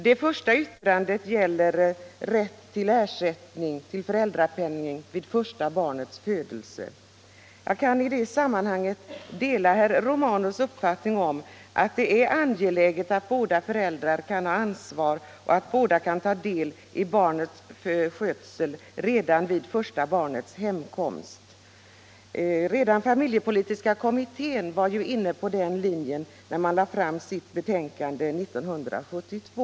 Det ena yttrandet gäller rätt till föräldrapenning vid första barnets födelse. Jag kan i det sammanhanget dela herr Romanus uppfattning att det är angeläget att båda föräldrarna skall ha ansvar och att båda skall ta del av barnets skötsel redan vid första barnets hemkomst. Familjepolitiska kommittén var inne på den linjen när den lade fram sitt betänkande 1972.